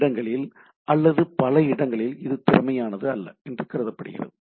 சில இடங்களில் அல்லது பல இடங்களில் இது திறமையானது அல்ல என்று கருதப்படுகிறது